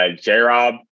J-Rob